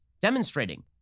demonstrating